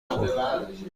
خورد